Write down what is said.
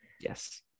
Yes